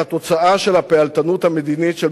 את התוצאה של הפעלתנות המדינית של